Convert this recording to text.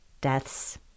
deaths